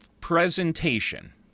presentation